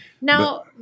Now